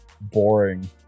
boring